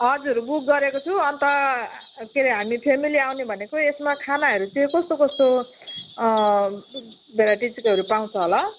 हजुर बुक गरेको छु अन्त के अरे हामी फ्यामिली आउने भनेको यसमा खानाहरू चाहिँ कस्तो कस्तो भेराइटिजकोहरू पाउँछ होला